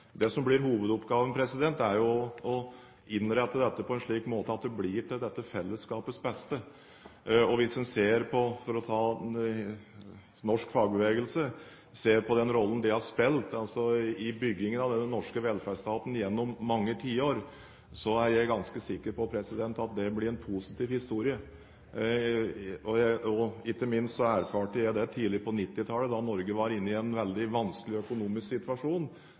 Det som blir hovedoppgaven, er jo å innrette dette på en slik måte at det blir til fellesskapets beste. Hvis en ser på norsk fagbevegelse og den rollen den har spilt i byggingen av den norske velferdsstaten gjennom mange tiår, er jeg ganske sikker på at det blir en positiv historie. Ikke minst erfarte jeg det tidlig på 1990-tallet, da Norge var inne i en veldig vanskelig økonomisk situasjon.